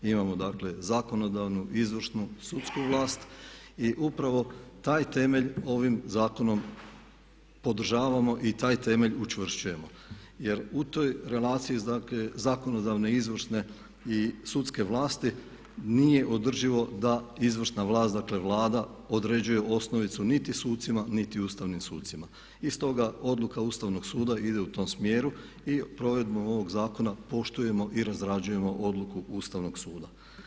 Imamo dakle zakonodavnu, izvršnu, sudsku vlast i upravo taj temelj ovim zakonom podržavamo i taj temelj učvršćujemo jer u toj relaciji zakonodavne, izvršne i sudske vlasti nije održivo da izvršna vlast dakle Vlada određuje osnovicu niti sucima niti Ustavnim sucima i stoga odluka Ustavnog suda ide u tom smjeru i provedbom ovog zakona poštujemo i razrađujemo odluku Ustavnog suda.